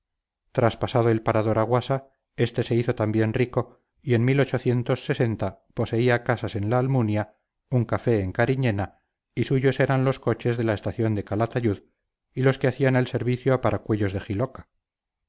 traspasado el parador a guasa este se hizo también rico y en poseía casas en la almunia un café en cariñena y suyos eran los coches de la estación de calatayud y los que hacían el servicio a paracuellos de jiloca